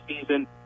season